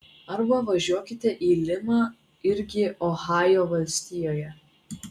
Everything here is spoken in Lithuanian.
arba važiuokite į limą irgi ohajo valstijoje